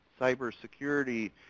cybersecurity